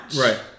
Right